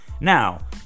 Now